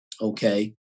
Okay